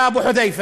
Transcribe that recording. יא אבו חודיפה,